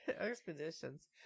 expeditions